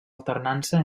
alternança